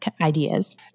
ideas